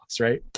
right